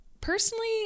Personally